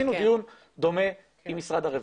עשינו דומה עם משרד הרווחה,